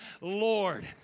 Lord